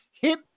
Hit